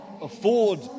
afford